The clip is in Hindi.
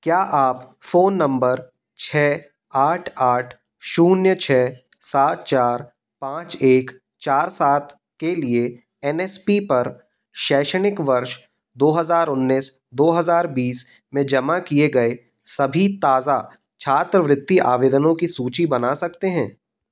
क्या आप फ़ोन नम्बर छः आठ आठ शून्य छः सात चार पाँच एक चार सात के लिए एन एस पी पर शैक्षणिक वर्ष दो हज़ार उन्नीस से दो हज़ार बीस में जमा किए गए सभी ताज़ा छात्रवृत्ति आवेदनों की सूचि बना सकते हैं